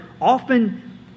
often